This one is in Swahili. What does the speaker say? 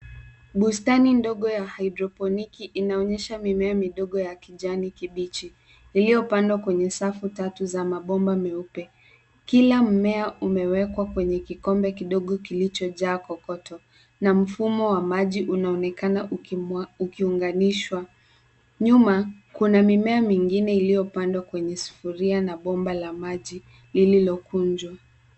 Bustani ndogo ya haidroponiki inaonyesha mimea midogo ya kijani kibichi iliyopandwa kwenye safu tatu za mabomba meupe. Kila mmea umewekwa kwenye kikombe kidogo kilichojaa kokoto na mfumo wa maji unaonekana ukiunganishwa. Nyuma kuna mimea mingine iliyopandwa kwenye sufuria na bomba la maji lililokunjwa.